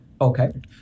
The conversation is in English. Okay